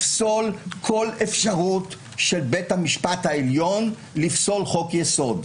לפסול כל אפשרות של בית המשפט העליון לפסול חוק-יסוד.